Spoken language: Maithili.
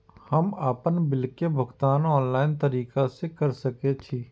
हम आपन बिल के भुगतान ऑनलाइन तरीका से कर सके छी?